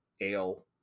ale